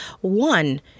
One